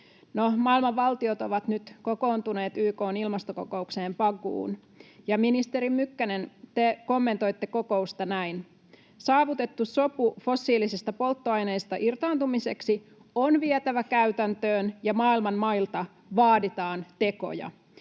maailman valtiot ovat nyt kokoontuneet YK:n ilmastokokoukseen Bakuun, ja, ministeri Mykkänen, te kommentoitte kokousta näin: ”Saavutettu sopu fossiilisesta polttoaineesta irtaantumiseksi on vietävä käytäntöön, ja maailman mailta vaaditaan tekoja.”